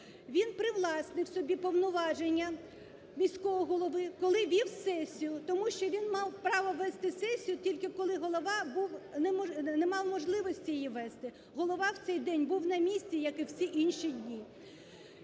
Він привласнив собі повноваження міського голови, коли вів сесію, тому що він мав право вести сесію тільки, коли голова не мав можливості її вести. Голова в цей день був на місці, як і всі інші дні.